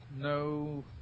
No